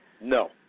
No